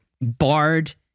barred